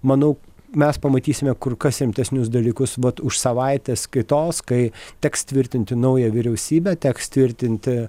manau mes pamatysime kur kas rimtesnius dalykus už savaitės kitos kai teks tvirtinti naują vyriausybę teks tvirtinti